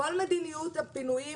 כל מדיניות הפינויים